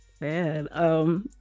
Man